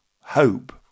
hope